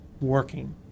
working